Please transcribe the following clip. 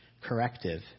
corrective